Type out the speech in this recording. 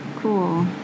Cool